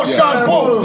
Shampoo